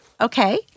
Okay